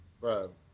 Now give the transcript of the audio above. Bro